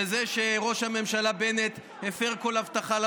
וזה שראש הממשלה בנט הפר כל הבטחה לבוחר,